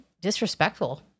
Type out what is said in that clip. disrespectful